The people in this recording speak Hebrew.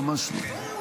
ממש לא.